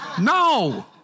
no